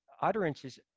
utterances